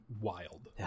wild